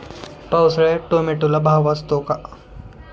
पावसाळ्यात टोमॅटोला भाव असतो का?